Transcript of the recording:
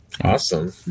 awesome